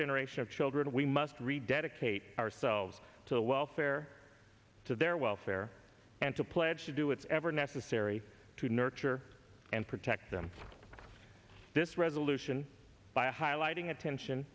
generation of children we must rededicate ourselves to the welfare to their welfare and to pledge to do it's ever arry to nurture and protect them this resolution by highlighting attention